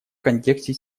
контексте